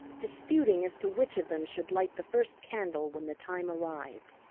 disputing as to which of them should light the first candle when the time arrived.